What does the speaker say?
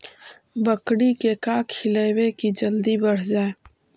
बकरी के का खिलैबै कि जल्दी बढ़ जाए?